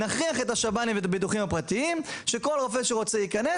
נכריח את השב"נים ואת הביטוחים הפרטיים שכל רופא שרוצה ייכנס